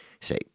Say